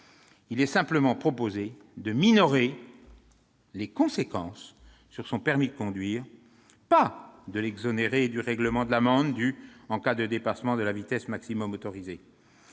Il est simplement proposé de minorer les conséquences sur son permis de conduire, non pas de l'exonérer du règlement de l'amende due en cas de dépassement de la vitesse maximum autorisée.